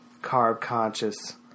carb-conscious